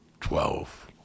Twelve